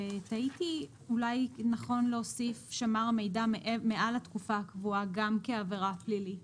תהיתי אולי נכון להוסיף "שמר מידע מעל התקופה הקבועה" גם כעבירה פלילית.